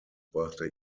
brachte